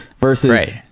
Versus